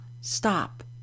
stop